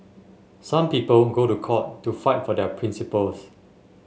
some people go to court to fight for their principles